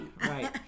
Right